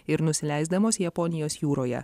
ir nusileisdamos japonijos jūroje